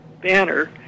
banner